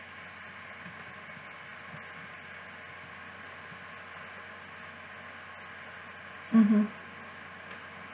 mmhmm